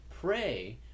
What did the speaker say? pray